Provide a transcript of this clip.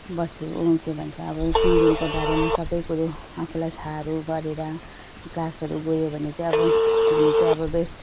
बस्यो के भन्छ अब सिङ्गिङको बारेमा सबै कुरो आफूलाई थाहाहरू गरेर क्लासहरू गयो भने चाहिँ अब हामी चाहिँ अब बेस्ट